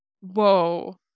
whoa